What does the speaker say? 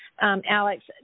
Alex